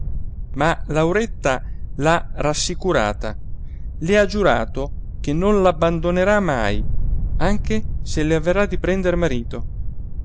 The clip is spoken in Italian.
ma lauretta l'ha rassicurata le ha giurato che non l'abbandonerà mai anche se le avverrà di prender marito